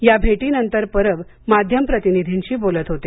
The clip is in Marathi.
या भेटीनंतर परब माध्यम प्रतिनिधींशी बोलत होते